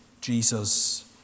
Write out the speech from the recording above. Jesus